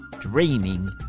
dreaming